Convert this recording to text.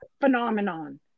phenomenon